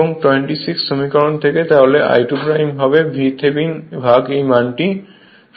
এবং 26 সমীকরণ থেকে তাহলে I2 হবে VThevenin ভাগ এই মানটি হবে